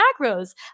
macros